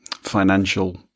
financial